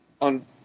on